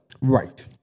Right